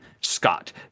Scott